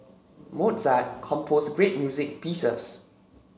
Mozart composed great music pieces